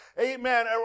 Amen